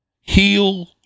Heal